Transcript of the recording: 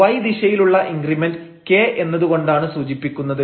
Y ദിശയിലുള്ള increment k എന്നതുകൊണ്ടാണ് സൂചിപ്പിക്കുന്നത്